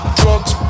drugs